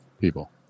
people